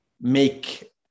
make